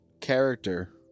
character